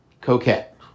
Coquette